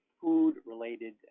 food-related